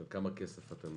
על כמה כסף אתם